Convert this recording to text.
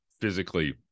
physically